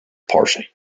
party